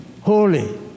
holy